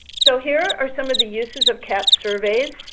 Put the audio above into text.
so, here are some of the uses of cahps surveys.